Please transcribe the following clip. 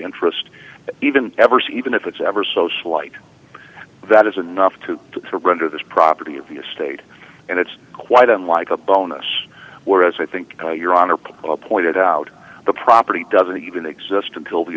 interest even ever see even if it's ever so slight that is enough to surrender this property of the estate and it's quite unlike a bonus where as i think your honor pointed out the property doesn't even exist until the